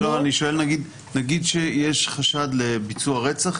נגיד שיש חשד לביצוע רצח,